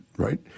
Right